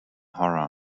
horror